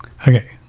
Okay